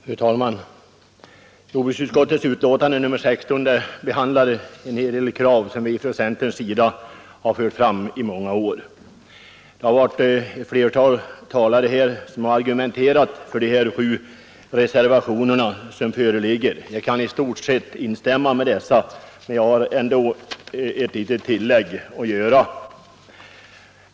Fru talman! Jordbruksutskottets betänkande nr 16 behandlar en hel del krav som vi från centerns sida har fört fram under många år. Ett flertal talare har argumenterat för de sju reservationer som föreligger. Jag kan i stort sett instämma med dessa talare, men jag har ett litet tillägg att göra.